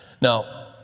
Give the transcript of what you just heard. now